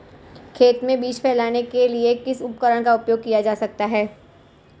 खेत में बीज फैलाने के लिए किस उपकरण का उपयोग किया जा सकता है?